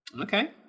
Okay